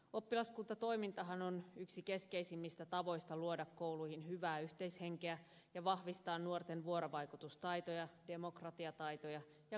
oppilaskuntatoimintahan on yksi keskeisimmistä tavoista luoda kouluihin hyvää yhteishenkeä ja vahvistaa nuorten vuorovaikutustaitoja demokratiataitoja ja kansalaistaitoja